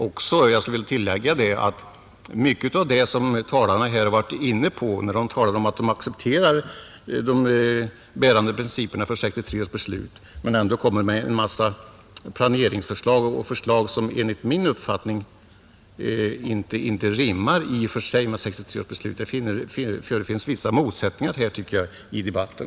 Och jag skulle vilja tillägga att mycket av det man här har varit inne på, när man säger sig acceptera de bärande principerna i 1963 års beslut men ändå kommer med en massa planeringsförslag — som enligt min mening inte rimmar med 1963 års beslut — tyder på att det förefinns vissa motsättningar i debatten.